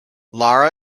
lara